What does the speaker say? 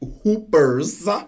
Hoopers